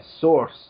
source